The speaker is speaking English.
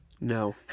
No